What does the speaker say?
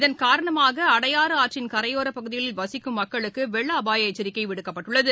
இதன் காரணமாக அடையாறு ஆற்றின் கரையோரப் பகுதிகளில் வசிக்கும் மக்களுக்கு வெள்ள அபாய எச்சரிக்கை விடப்பட்டுள்ளது